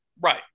Right